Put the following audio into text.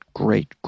great